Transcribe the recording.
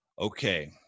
okay